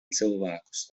cilvēkus